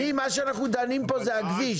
מה שאנחנו דנים פה הוא על הכביש.